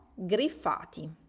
Griffati